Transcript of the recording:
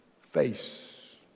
face